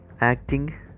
acting